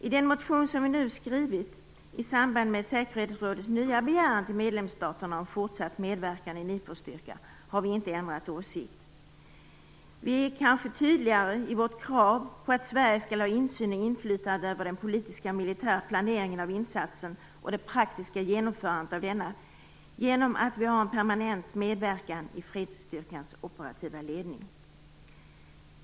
I den motion som vi nu skrivit i samband med säkerhetsrådets nya begäran till medlemsstaterna om fortsatt medverkan i en IFOR-styrka har vi inte ändrat åsikt. Vi är kanske tydligare i vårt krav på att Sverige skall ha insyn och inflytande över den politiska militära planeringen av insatsen och det praktiska genomförandet av denna genom att vi har en permanent medverkan i fredsstyrkans operativa ledning.